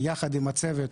יחד עם הצוות,